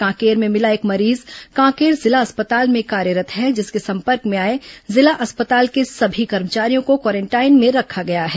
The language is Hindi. कांकेर में मिला एक मरीज कांकेर जिला अस्पताल में कार्यरत् है जिसके संपर्क में आए जिला अस्पताल के सभी कर्मचारियों को क्वारेंटाइन में रखा गया है